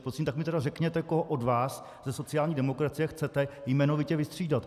Prosím, řekněte mi, koho od vás ze sociální demokracie chcete jmenovitě vystřídat?